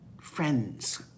friends